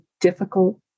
difficult